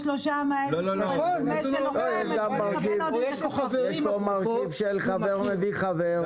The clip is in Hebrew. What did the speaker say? לו שם --- יש פה מרכיב של חבר מביא חבר,